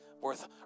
worth